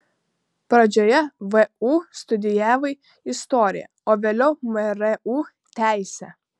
pradžioje vu studijavai istoriją o vėliau mru teisę